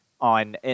on